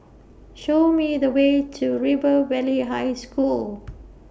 Show Me The Way to River Valley High School